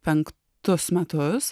penktus metus